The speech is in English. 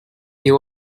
you